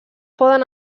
poden